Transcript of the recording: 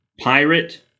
Pirate